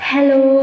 Hello